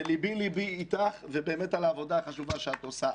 וליבי ליבי איתך ובאמת על העבודה החשובה שאת עושה.